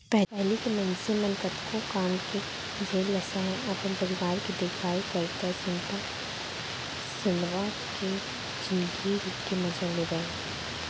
पहिली के मनसे मन कतको काम के झेल ल सहयँ, अपन परिवार के देखभाल करतए सुनता सलाव ले जिनगी के मजा लेवयँ